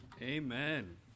amen